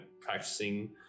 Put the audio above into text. practicing